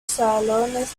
salones